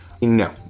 no